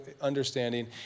understanding